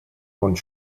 und